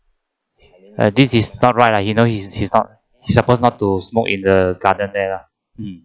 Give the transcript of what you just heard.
uh this is not right lah you know he's he's not he supposed not to smoke in the garden there lah mm